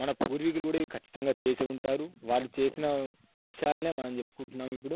మన పూర్వీకులు ఇవి ఖచ్చితంగా చేసే ఉంటారు వాళ్ళు చేసిన విషయాలనే మనం చెప్పుకుంటున్నాము ఇప్పుడు